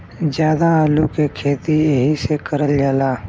जादा आलू के खेती एहि से करल जाला